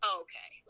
okay